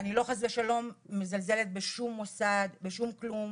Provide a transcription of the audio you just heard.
אני לא חס ושלום מזלזלת בשום מוסד ובשום כלום,